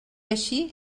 així